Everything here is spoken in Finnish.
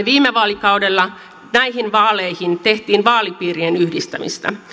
viime vaalikaudella näihin vaaleihin tehtiin vaalipiirien yhdistämistä